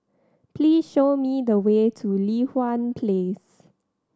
please show me the way to Li Hwan Place